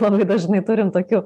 labai dažnai turim tokių